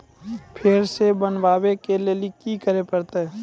फेर सॅ बनबै के लेल की करे परतै?